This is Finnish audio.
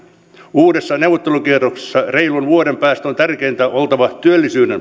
uudella neuvottelukierroksella reilun vuoden päästä tärkeintä on oltava työllisyyden